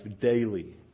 daily